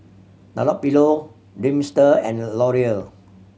Dunlopillo Dreamster and Laurier